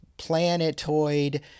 planetoid